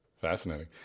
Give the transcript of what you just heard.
Fascinating